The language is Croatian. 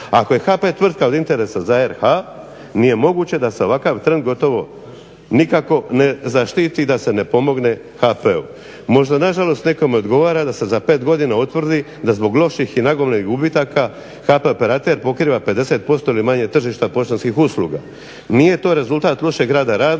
Ako je HP tvrtka od interesa za RH nije moguće da se ovakav trend gotovo nikako ne zaštiti, da se ne pomogne HP-u. Možda nažalost nekome odgovara da se za 5 godina utvrdi da zbog loših i nagomilanih gubitaka HP operater pokriva 50% ili manje tržišta poštanskih usluga. Nije to rezultat lošeg rada radnika